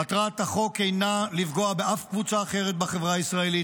מטרת החוק אינה לפגוע באף קבוצה אחרת בחברה הישראלית,